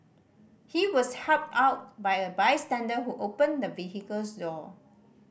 he was helped out by a bystander who opened the vehicle's door